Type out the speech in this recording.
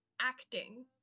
acting